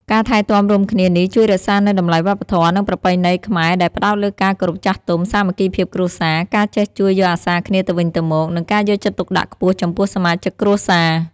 ការថែទាំរួមគ្នានេះជួយរក្សានូវតម្លៃវប្បធម៌ និងប្រពៃណីខ្មែរដែលផ្ដោតលើការគោរពចាស់ទុំ សាមគ្គីភាពគ្រួសារ ការចេះជួយយកអាសាគ្នាទៅវិញទៅមក និងការយកចិត្តទុកដាក់ខ្ពស់ចំពោះសមាជិកគ្រួសារ។